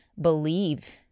believe